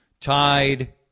tied